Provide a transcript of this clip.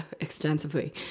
Extensively